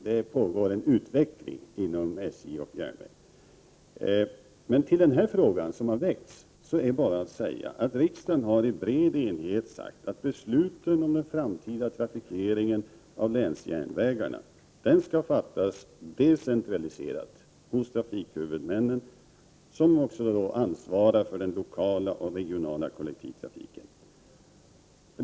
Det pågår en utveckling inom SJ och järnvägarna. Till den fråga som nu har väckts är bara att säga att riksdagen i bred enighet har sagt att besluten om den framtida trafikeringen av länsjärnvägarna skall fattas decentraliserat hos trafikhuvudmännen som också ansvarar för den lokala och regionala kollektivtrafiken.